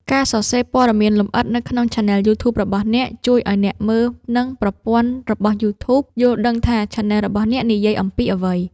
ការសរសេរព័ត៌មានលម្អិតនៅក្នុងឆានែលយូធូបរបស់អ្នក ជួយឱ្យអ្នកមើល និងប្រព័ន្ធរបស់យូធូប យល់ដឹងថាឆានែលរបស់អ្នកនិយាយអំពីអ្វី។